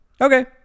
Okay